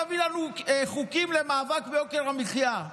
תביא לנו חוקים למאבק ביוקר המחיה.